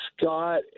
Scott